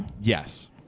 Yes